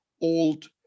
old